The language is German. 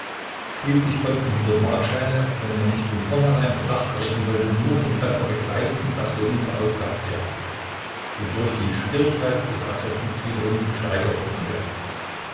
schließlich konnten hundertmarkscheine wenn man nicht von vornherein verdacht erregen wollte nur von besser gekleideten personen verausgabt werden wodurch die schwierigkeit des absetzens wiederum gesteigert worden wäre